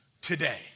today